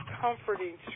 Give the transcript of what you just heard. comforting